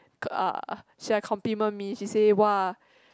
uh she like complement me she says !wah!